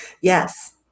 yes